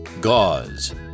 gauze